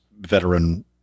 Veteran